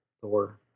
Thor